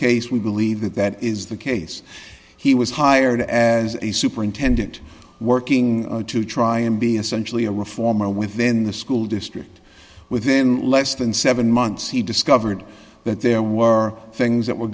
case we believe that that is the case he was hired as a superintendent working to try and be essentially a reformer within the school district within less than seven months he discovered that there were things that were